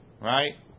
right